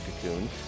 Cocoon